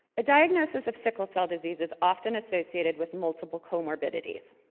a diagnosis of sickle cell disease is often associated with multiple comorbidities.